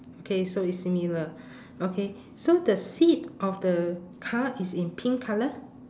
okay so is similar okay so the seat of the car is in pink colour